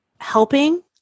helping